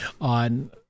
on